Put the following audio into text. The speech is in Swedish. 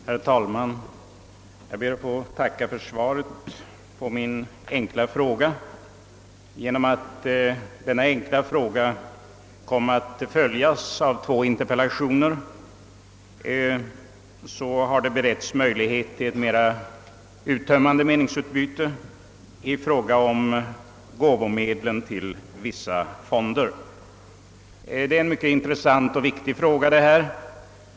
Herr talman! Jag ber att få tacka för svaret på min enkla fråga. Eftersom denna enkla fråga kom att följas av två interpellationer har möjlighet beretts till ett mera uttömmande meningsutbyte i fråga om gåvomedlen till vissa fonder. Denna fråga är mycket intressant och viktig.